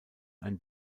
ein